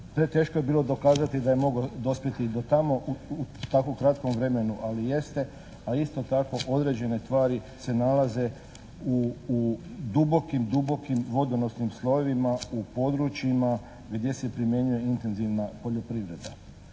preteško je bilo dokazati da je mogao dospjeti do tamo u tako kratkom vremenu ali jeste. A isto tako, određene tvari se nalaze u dubokim vodonosnim slojevima u područjima gdje se primjenjuje intenzivna poljoprivreda.